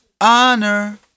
honor